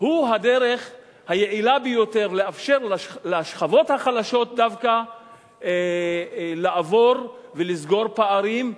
הוא הדרך היעילה ביותר לאפשר לשכבות החלשות דווקא לעבור ולסגור פערים,